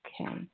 Okay